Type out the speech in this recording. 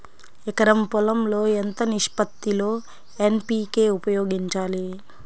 ఎకరం పొలం లో ఎంత నిష్పత్తి లో ఎన్.పీ.కే ఉపయోగించాలి?